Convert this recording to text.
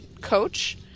coach